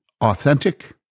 authentic